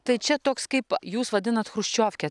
tai čia toks kaip jūs vadinat chruščiovke